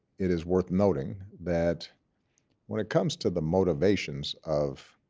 it is worth noting that when it comes to the motivations of